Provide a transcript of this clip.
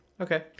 Okay